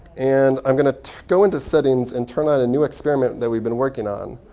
and i'm going to go into settings and turn on a new experiment that we've been working on.